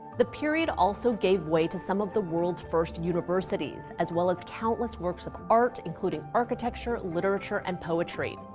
the period also gave way to some of the world's first universities, as well as countless works of art, including architecture, literature and poetry.